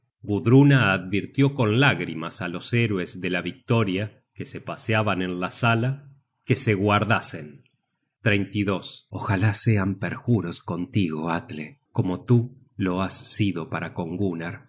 gudruna advirtió con lágrimas á los héroes de la victoria que se paseaban en la sala se guardasen content from google book search generated at ojalá sean perjuros contigo atle como tú lo has sido para con